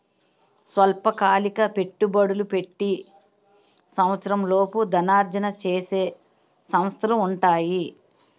స్వల్పకాలిక పెట్టుబడులు పెట్టి సంవత్సరంలోపు ధనార్జన చేసే సంస్థలు ఉంటాయి